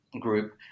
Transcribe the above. group